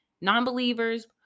non-believers